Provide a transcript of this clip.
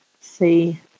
see